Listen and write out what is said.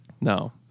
no